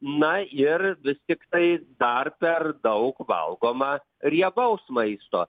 na ir vis tiktai dar per daug valgoma riebaus maisto